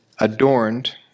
Adorned